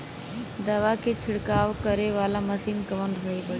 दवा के छिड़काव करे वाला मशीन कवन सही पड़ी?